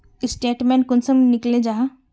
Statement कुंसम निकले जाहा?